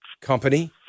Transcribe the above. company